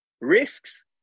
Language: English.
risks